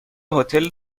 هتل